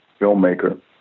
filmmaker